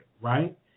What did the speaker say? right